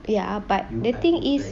ya ah but the thing is